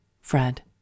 Fred